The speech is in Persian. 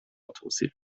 توصیف